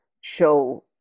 show